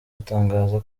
gutangaza